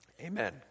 Amen